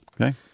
Okay